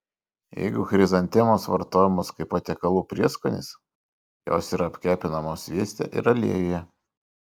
jeigu chrizantemos vartojamos kaip patiekalų prieskonis jos yra apkepinamos svieste ir aliejuje